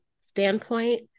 standpoint